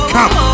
Come